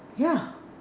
yeah